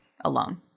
alone